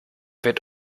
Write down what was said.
wird